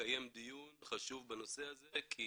לקיים דיון חשוב בנושא ה זה כי